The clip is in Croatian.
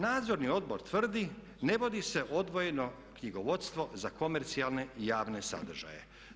Nadzorni odbor tvrdi ne vodi se odvojeno knjigovodstvo za komercijalne i javne sadržaje.